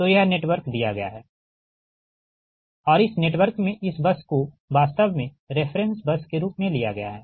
तो यह नेटवर्क दिया गया है और इस नेटवर्क में इस बस को वास्तव में रेफ़रेंस बस के रूप में लिया गया है